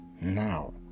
now